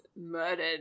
murdered